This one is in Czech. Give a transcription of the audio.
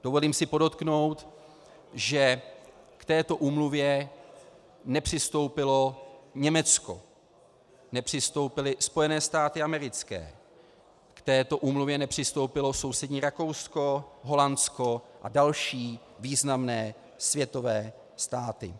Dovolím si podotknout, že k této úmluvě nepřistoupilo Německo, nepřistoupily Spojené státy americké, k této úmluvě nepřistoupilo sousední Rakousko, Holandsko a další významné světové státy.